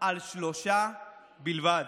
על שלושה בלבד.